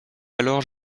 alors